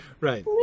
Right